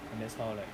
and that's how like